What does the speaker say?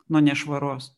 nuo nešvaros